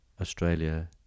Australia